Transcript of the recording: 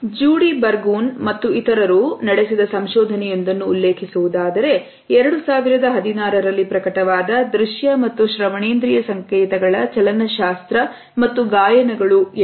ಜೋಡಿ ಬರಗೂರ್ ಮತ್ತು ಇತರರು ನಡೆಸಿದ ಸಂಶೋಧನೆಯೊಂದನ್ನು ಉಲ್ಲೇಖಿಸುವುದಾದರೆ 2016ರಲ್ಲಿ ಪ್ರಕಟವಾದ ದೃಶ್ಯ ಮತ್ತು ಶ್ರವಣ ಇಂದ್ರಿಯ ಸಂಕೇತಗಳ ಚಲನಶಾಸ್ತ್ರ ಮತ್ತು ಗಾಯನಗಳು ಎಂಬುದು